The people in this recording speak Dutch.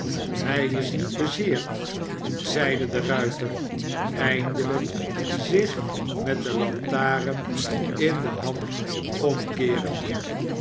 hij is niet bezeerd zeide de ruiter eindelijk zich met de lantaren in de hand omkeerende